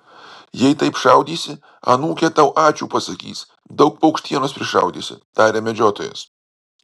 jei taip šaudysi anūkė tau ačiū pasakys daug paukštienos prišaudysi tarė medžiotojas